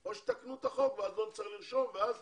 או שתתקנו את החוק ואז לא צריך לרשום ואז